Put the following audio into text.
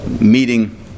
meeting